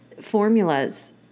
formulas